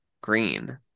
green